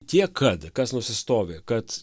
tiek kad kas nusistovi kad